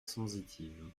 sensitive